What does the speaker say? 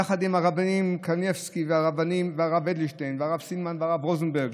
יחד עם הרב קנייבסקי והרב אדלשטיין והרב סילמן והרב רוזנברג.